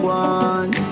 one